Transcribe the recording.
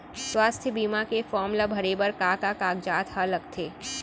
स्वास्थ्य बीमा के फॉर्म ल भरे बर का का कागजात ह लगथे?